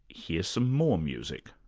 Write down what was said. here's some more music.